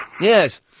Yes